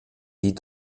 die